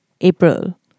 April